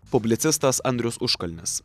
publicistas andrius užkalnis